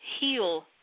heal